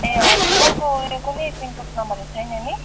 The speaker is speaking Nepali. ए हजुर त्यहाँको उयो कुनै पिनकोड नम्बरहरू छैन नि